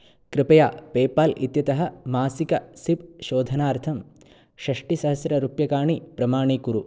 कृपया पेपाल् इत्यतः मासिक सिप् शोधनार्थं षष्ठिसहस्ररूपायकाणि प्रमाणिकुरु